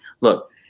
look